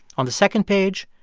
on the second page,